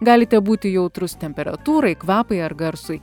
galite būti jautrus temperatūrai kvapui ar garsui